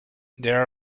there